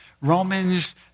Romans